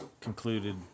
concluded